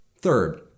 Third